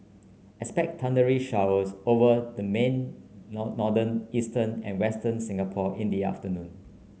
expect thundery showers over the main northern eastern and western Singapore in the afternoon